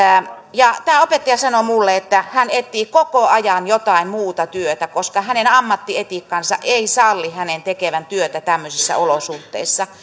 tämä opettaja sanoi minulle että hän etsii koko ajan jotain muuta työtä koska hänen ammattietiikkansa ei salli hänen tekevän työtä tämmöisissä olosuhteissa